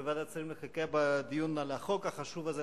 בוועדת השרים לחקיקה בדיון על החוק החשוב הזה,